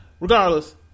regardless